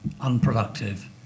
unproductive